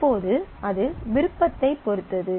இப்போது அது விருப்பதை பொறுத்தது